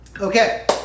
Okay